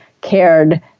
cared